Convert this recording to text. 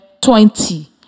twenty